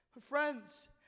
friends